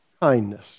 kindness